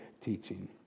teaching